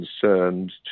concerned